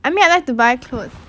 I mean I like to buy clothes